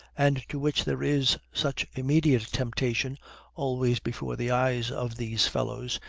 and to which there is such immediate temptation always before the eyes of these fellows,